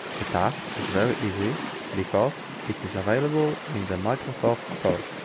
the task is very easy because it is available in the microsoft store.